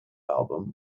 album